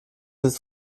ist